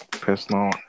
personal